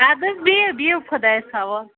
اَدٕ حَظ بِہِ بِہِو خۄدایَس حَوال